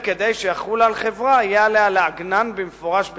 כדי שיחולו על חברה יהיה עליה לעגנן במפורש בתקנונה.